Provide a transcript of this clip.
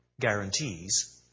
guarantees